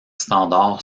standard